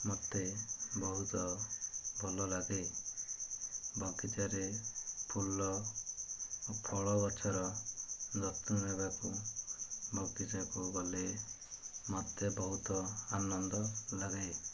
ମୋତେ ବହୁତ ଭଲ ଲାଗେ ବଗିଚାରେ ଫୁଲ ଓ ଫଳ ଗଛର ଯତ୍ନ ନେବାକୁ ବଗିଚାକୁ ଗଲେ ମୋତେ ବହୁତ ଆନନ୍ଦ ଲାଗେ